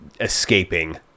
escaping